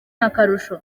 akarusho